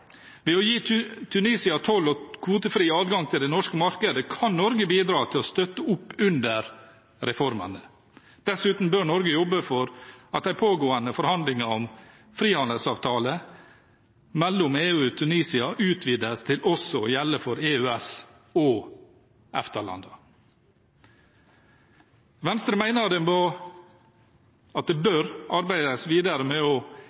Ved å gi Tunisia toll- og kvotefri adgang til det norske markedet kan Norge bidra til å støtte opp under reformene. Dessuten bør Norge jobbe for at de pågående forhandlingene om frihandelsavtale mellom EU og Tunisia utvides til også å gjelde for EØS- og EFTA-landene. Venstre mener at det bør arbeides videre med